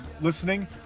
listening